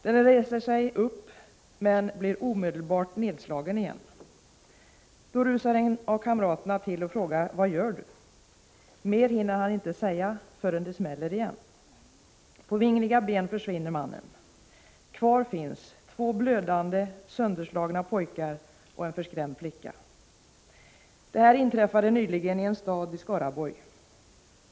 Denne reser sig upp men blir omedelbart nedslagen igen. Då rusar en av kamraterna till och frågar: Vad gör du? Mer hinner han inte säga förrän det smäller igen. På vingliga ben försvinner mannen. Kvar finns två blödande, sönderslagna pojkar och en förskrämd flicka. Det här inträffade nyligen i en stad i Skaraborg.